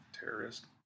Terrorist